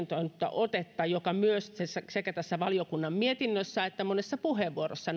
otetta joka nousi esiin sekä tässä valiokunnan mietinnössä että monessa puheenvuorossa